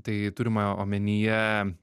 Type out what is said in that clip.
tai turima omenyje